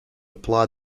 apply